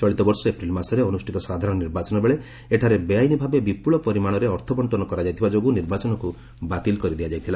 ଚଳିତ ବର୍ଷ ଏପ୍ରିଲ୍ ମାସରେ ଅନୁଷ୍ଠିତ ସାଧାରଣ ନିର୍ବାଚନ ବେଳେ ଏଠାରେ ବେଆଇନ୍ ଭାବେ ବିପୁଳ ପରିମାଣରେ ଅର୍ଥବଶ୍ଚନ କରାଯାଇଥିବା ଯୋଗୁଁ ନିର୍ବାଚନକୁ ବାତିଲ କରିଦିଆଯାଇଥିଲା